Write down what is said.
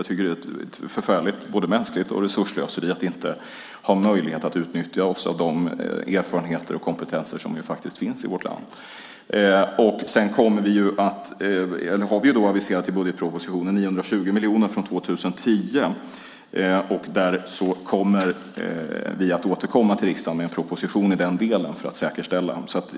Jag tycker att det är ett förfärligt slöseri med människor och resurser att inte ha en möjlighet att utnyttja de erfarenheter och kompetenser som faktiskt finns i vårt land. Vi har i budgetpropositionen aviserat 920 miljoner från 2010. Vi återkommer till riksdagen med en proposition i den delen.